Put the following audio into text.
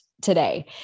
Today